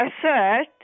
assert